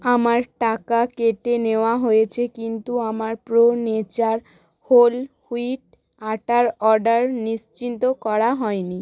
আমার টাকা কেটে নেওয়া হয়েছে কিন্তু আমার প্রো নেচার হোল হুইট আটার অর্ডার নিশ্চিত করা হয়নি